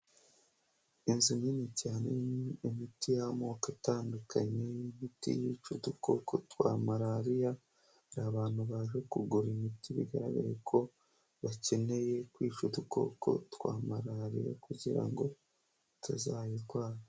Inzu nini cyane irimo imiti y'amoko atandukanye y'imiti yica dukoko twa Malariya, hari abantu baje kugura imiti, bigaragaye ko bakeneye kwica udukoko twa Malariya kugira ngo batazayitwara.